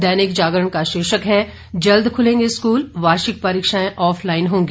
दैनिक जागरण का शीर्षक है जल्द खुलेंगे स्कूल वार्षिक परीक्षाएं ऑफलाइन होंगी